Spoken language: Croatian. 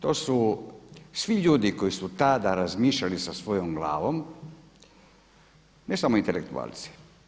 To su svi ljudi koji su tada razmišljali sa svojom glavom ne samo intelektualci.